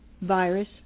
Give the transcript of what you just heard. virus